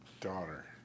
daughter